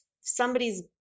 somebody's